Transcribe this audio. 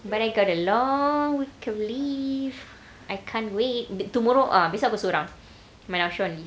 but I got a long week of leave I can't wait b~ tomorrow ah besok aku sorang my 老师